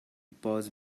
pause